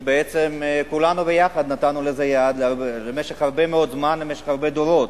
שבעצם כולנו ביחד נתנו לזה יד במשך הרבה מאוד זמן ובמשך הרבה דורות.